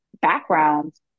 backgrounds